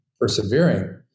persevering